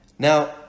Now